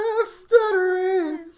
stuttering